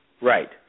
Right